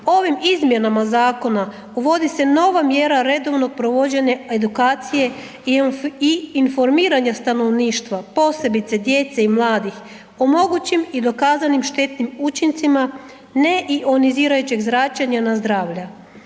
Ovim izmjenama zakona uvodi se nova mjera redovnog provođenja edukacije i informiranja stanovništva, posebice djece i mladih, o mogućim i dokazanim štetnim učincima neoionizirajućeg zračenja na zdravlje.